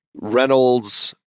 reynolds